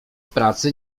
pracy